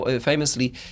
famously